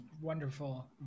wonderful